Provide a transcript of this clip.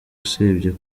usibye